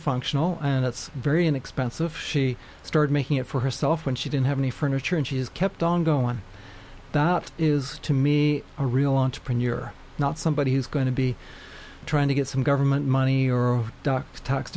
functional and it's very inexpensive she started making it for herself when she didn't have any furniture and she has kept on going on about is to me a real entrepreneur not somebody who's going to be trying to get some government money or docs tax